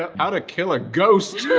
ah how to kill a ghost!